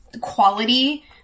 quality